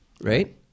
Right